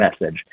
message